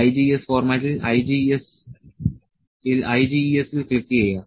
IGES ഫോർമാറ്റിൽ IGES ൽ ക്ലിക്കുചെയ്യുക